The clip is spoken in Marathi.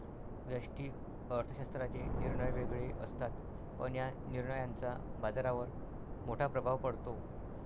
व्यष्टि अर्थशास्त्राचे निर्णय वेगळे असतात, पण या निर्णयांचा बाजारावर मोठा प्रभाव पडतो